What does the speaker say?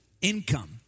income